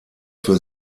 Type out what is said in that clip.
für